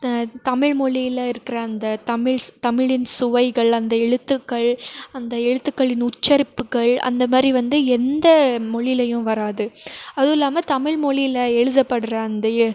தமிழ் மொழியில இருக்கிற அந்த தமிழ் தமிழின் சுவைகள் அந்த எழுத்துக்கள் அந்த எழுத்துக்களின் உச்சரிப்புக்கள் அந்த மாதிரி வந்து எந்த மொழியிலையும் வராது அதுவும் இல்லாமல் தமிழ் மொழியில எழுதப்பட்ற அந்த எ